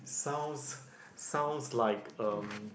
sounds sounds like um